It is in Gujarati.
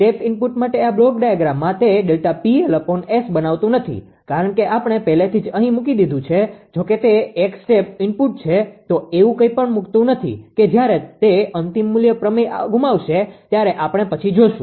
સ્ટેપ ઈનપુટ માટે આ બ્લોક ડાયાગ્રામમાં તે ΔPL𝑆 બનાવતું નથી કારણ કે આપણે પહેલેથી જ અહી મૂકી દીધું છે જો કે તે એક સ્ટેપ ઇનપુટ છે તો એવું કંઈપણ મૂકતું નથી કે જ્યારે તે અંતિમ મૂલ્ય પ્રમેય ગુમાવશે ત્યારે આપણે પછી જોશું